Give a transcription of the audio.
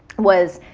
was